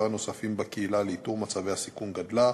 הנוספים בקהילה לאיתור מצבי הסיכון גדלה,